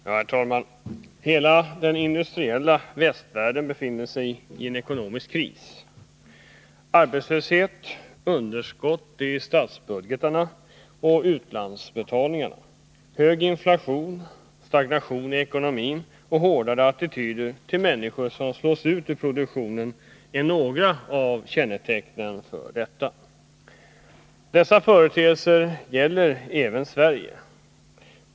Herr talman! Hela den industrialiserade västvärlden befinner sig i en ekonomisk kris. Arbetslöshet, underskott i statsbudgetarna och utlandsbetalningarna, hög inflation, stagnation i ekonomin och hårdare attityder till människor som slås ut ur produktionen är några av kännetecknen för detta. Dessa företeelser gäller även Sverige.